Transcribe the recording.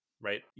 right